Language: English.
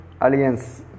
Alliance